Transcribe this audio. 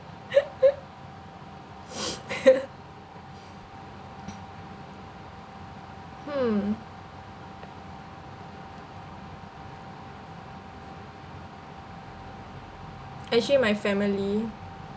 hmm actually my family